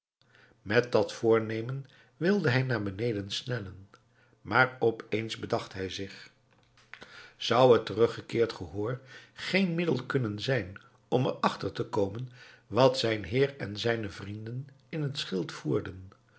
met dat voornemen wilde hij naar beneden snellen maar opeens bedacht hij zich zou het teruggekeerd gehoor geen middel kunnen zijn om er achter te komen wat zijn heer en zijne vrienden in het schild voerden